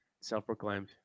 Self-proclaimed